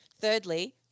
Thirdly